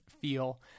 feel